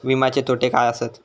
विमाचे तोटे काय आसत?